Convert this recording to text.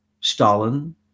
Stalin